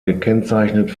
gekennzeichnet